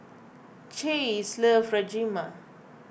Chase loves Rajma